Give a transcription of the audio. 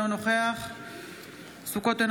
אינו נוכח צבי ידידיה סוכות,